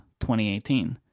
2018